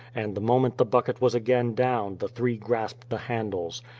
and the moment the bucket was again down, the three grasped the handles.